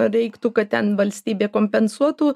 reiktų kad ten valstybė kompensuotų